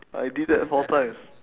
I did that four times